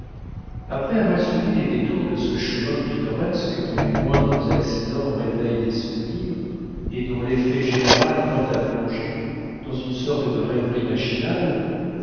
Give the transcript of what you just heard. après avoir suivi les détours de ce chemin pittoresque dont les moindres accidents réveillent des souvenirs et dont l'effet général tend à plonger dans une sorte de rêverie machinale